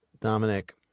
Dominic